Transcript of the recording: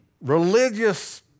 religious